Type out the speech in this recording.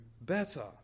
better